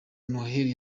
noheli